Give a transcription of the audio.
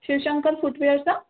Shiv Shankar footwear सां